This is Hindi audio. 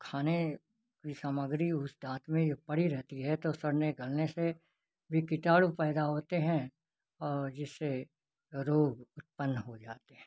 खाने की सामग्री उस दांत में जो पड़ी रहती है तो सड़ने गलने से भी कीटाणु पैदा होते हैं और जिससे रोग उत्पन्न हो जाते हैं